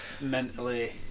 mentally